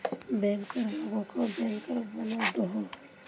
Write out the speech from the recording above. banker लोगोक bank bonus दोहों